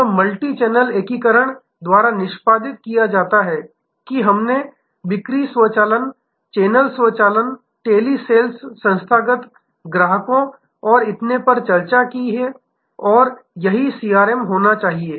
यह मल्टीचैनल एकीकरण द्वारा निष्पादित किया जाता है कि हमने बिक्री स्वचालन चैनल स्वचालन टेली सेल्स संस्थागत ग्राहकों और इतने पर चर्चा की और यह सीआरएम होना चाहिए